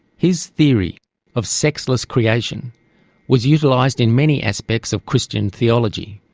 his theory of sexless creation was utilised in many aspects of christian theology,